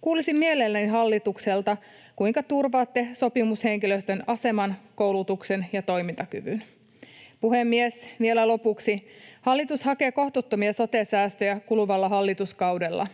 Kuulisin mielelläni hallitukselta, kuinka turvaatte sopimushenkilöstön aseman, koulutuksen ja toimintakyvyn. Puhemies! Vielä lopuksi: Hallitus hakee kohtuuttomia sote-säästöjä kuluvalla hallituskaudella.